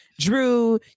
Drew